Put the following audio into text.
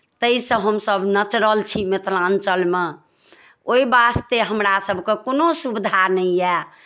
ताहिसँ हमसभ लचरल छी मिथिलाञ्चलमे ओहि वास्ते हमरासभकेँ कोनो सुविधा नहि यए